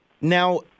Now